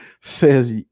says